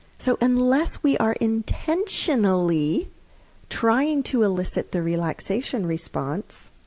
so unless we are intentionally trying to elicit the relaxation response,